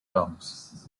terms